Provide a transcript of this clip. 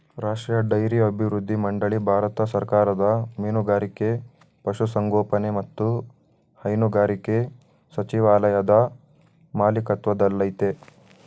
ರಾಷ್ಟ್ರೀಯ ಡೈರಿ ಅಭಿವೃದ್ಧಿ ಮಂಡಳಿ ಭಾರತ ಸರ್ಕಾರದ ಮೀನುಗಾರಿಕೆ ಪಶುಸಂಗೋಪನೆ ಮತ್ತು ಹೈನುಗಾರಿಕೆ ಸಚಿವಾಲಯದ ಮಾಲಿಕತ್ವದಲ್ಲಯ್ತೆ